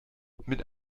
mit